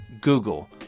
Google